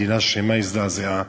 מדינה שלמה הזדעזעה.